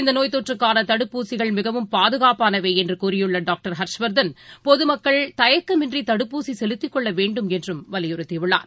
இந்தநோய் தொற்றுக்கானதடுப்பூசிகள்மிகவும் பாதுகாப்பானவைஎன்றுகூறியுள்ளடாக்டர் ஹர்ஷ்வர்தன் பொதுமக்கள் தயக்கமின்றிதடுப்பூசிசெலுத்திக் கொள்ளவேண்டும் என்றுவலியுறுத்தியுள்ளார்